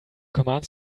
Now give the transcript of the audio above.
commands